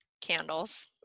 Candles